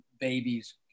babies